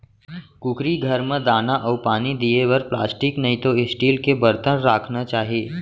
कुकरी घर म दाना अउ पानी दिये बर प्लास्टिक नइतो स्टील के बरतन राखना चाही